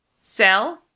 sell